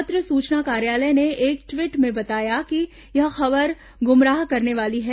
पत्र सुचना कार्यालय ने एक ट्वीट में बताया है कि यह खबर ग्रमराह करने वाली है